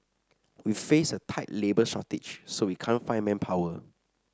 we face a tight labour shortage so we can't find manpower